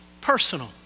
personal